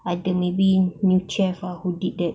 ada maybe new chef who did that